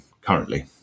currently